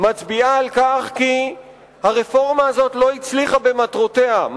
מצביעה על כך שהרפורמה הזאת לא הצליחה להשיג את מטרותיה,